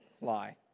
lie